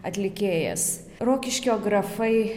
atlikėjas rokiškio grafai